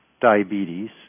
diabetes